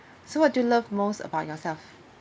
so what do you love most about yourself